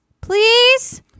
please